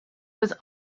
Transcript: was